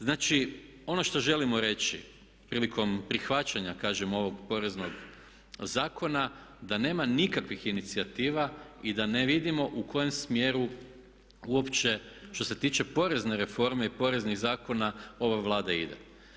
Znači, ono što želimo reći prilikom prihvaćanja kažem ovog poreznog zakona, da nema nikakvih inicijativa i da ne vidimo u kojem smjeru uopće što se tiče porezne reforme i poreznih zakona ova Vlada ide.